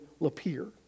Lapeer